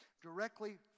directly